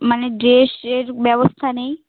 মানে ড্রেসের ব্যবস্থা নেই